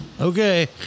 Okay